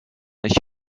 ich